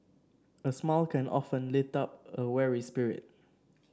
a smile can often lift up a weary spirit